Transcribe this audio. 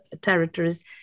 territories